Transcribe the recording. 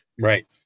Right